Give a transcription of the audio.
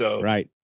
Right